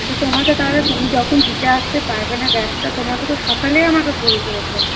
তোমাকে তাহলে তুমি যখন দিতে আসতে পারবে না গ্যাসটা তোমাকে তো সকালেই আমাকে বলতে হত